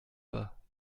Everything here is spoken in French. pas